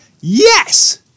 Yes